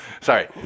Sorry